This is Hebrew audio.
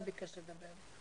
לדבר.